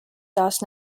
taas